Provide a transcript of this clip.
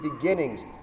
beginnings